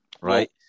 Right